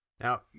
Now